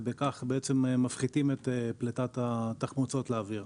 ובכך בעצם מפחיתים את פליטת התחמוצות לאוויר.